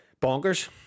bonkers